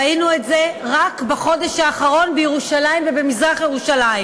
ראינו רק בחודש האחרון בירושלים ובמזרח-ירושלים